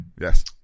Yes